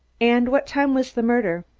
and what time was the murder?